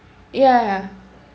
ya